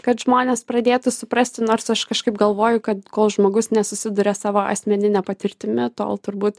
kad žmonės pradėtų suprasti nors aš kažkaip galvoju kad kol žmogus nesusiduria savo asmenine patirtimi tol turbūt